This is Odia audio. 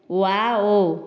ୱାଓ